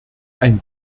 ein